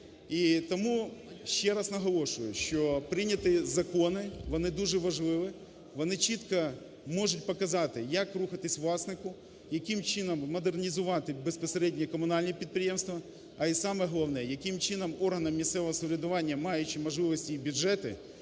І тому ще раз наголошую, що прийняті закони, вони дуже важливі, вони чітко можуть показати як рухатися власнику, яким чином модернізувати безпосередньо комунальні підприємства, а, і саме головне, яким чином органам місцевого самоврядування, маючи можливості і бюджети,